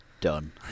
Done